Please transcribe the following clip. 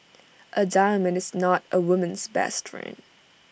A diamond is not A woman's best friend